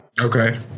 Okay